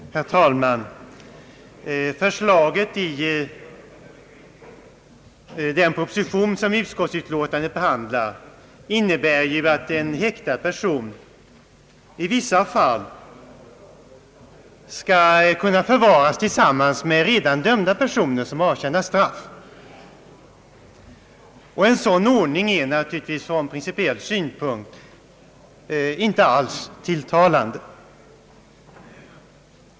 Herr talman! Förslaget i den proposition som utskottsutlåtandet behandlar innebär att en häktad person i vissa fall skall kunna förvaras tillsammans med redan dömda personer som avtjänar straff. En sådan ordning är naturligtvis från principiell synpunkt inte alls tilltalande.